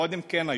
קודם כן היו.